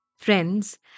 Friends